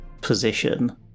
position